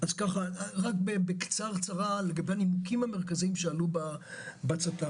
רק בקצרצרה לגבי הנימוקים המרכזיים שעלו בצט"ם.